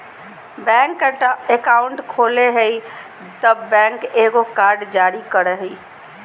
bank account खोलय हइ तब बैंक एगो कार्ड जारी करय हइ